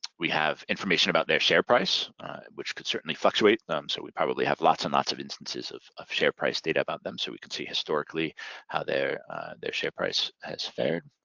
we have information about their share price which can certainly fluctuate, so we probably have lots and lots of instances of of share price data about them so we can see historically how their their share price has fared.